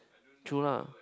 true lah